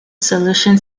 solution